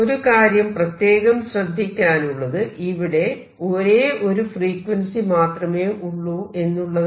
ഒരു കാര്യം പ്രത്യേകം ശ്രദ്ധിക്കാനുള്ളത് ഇവിടെ ഒരേ ഒരു ഫ്രീക്വൻസി മാത്രമേ ഉള്ളൂ എന്നുള്ളതാണ്